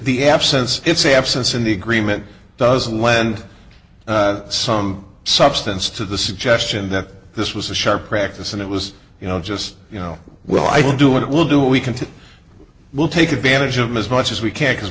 the absence it's a absence in the agreement doesn't lend some substance to the suggestion that this was a sharp practice and it was you know just you know well i don't do it we'll do what we can to we'll take advantage of them as much as we can because